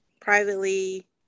privately